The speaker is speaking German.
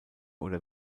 oder